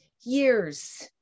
years